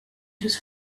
just